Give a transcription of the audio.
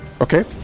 Okay